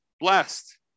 blessed